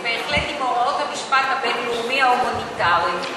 זה בהחלט עם הוראות המשפט הבין-לאומי ההומניטרי.